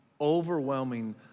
overwhelming